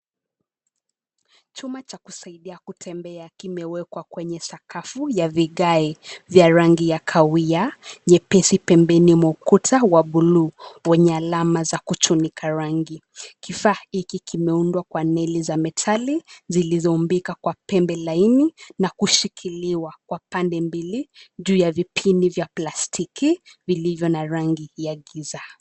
Chuma cha kusaidia kutembea kimewekwa kwenye sakafu ya vigai vya rangi ya kahawia nyepesi pembeni mwa ukuta wa bluu wenye alama za kuchunika rangi. Kifaa hiki kimeundwa kwa neli za metali, zilizoumbika kwa pembe laini na kushikiliwa kwa pande mbili juu ya vipini vya plastiki vilivyo na rangi ya giza.